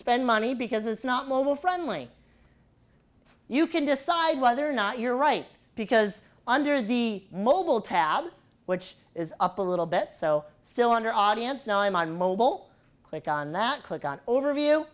spend money because it's not mobile friendly you can decide whether or not you're right because under the mobile tab which is up a little bit so cylinder audience know i'm on mobile quick on that click on overview